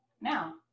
now